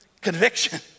conviction